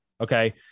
okay